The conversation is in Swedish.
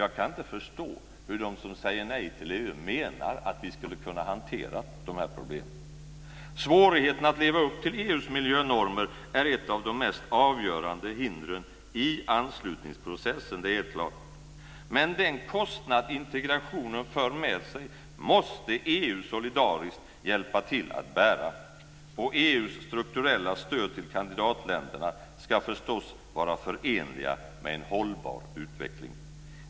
Jag kan inte förstå hur de som säger nej till EU menar att vi skulle kunna hantera de problemen. Svårigheten att leva upp till EU:s miljönormer är ett av de mest avgörande hindren i anslutningsprocessen. Det är helt klart. Den kostnad integrationen för med sig måste EU solidariskt hjälpa till att bära, och EU:s strukturella stöd till kandidatländerna ska förstås vara förenliga med en hållbar utveckling.